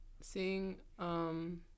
seeing